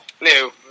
No